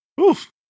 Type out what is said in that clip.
Oof